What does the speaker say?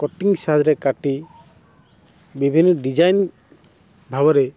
cutting ସାଇଜ୍ରେ କାଟି ବିଭିନ୍ନ ଡିଜାଇନ୍ ଭାବରେ